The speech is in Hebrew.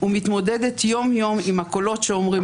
ומתמודדת יום-יום עם הקולות שאומרים